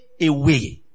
away